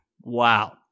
wow